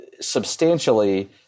substantially